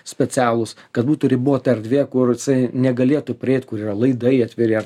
specialūs kad būtų ribota erdvė kur jisai negalėtų prieit kur yra laidai atviri